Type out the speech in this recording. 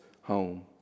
home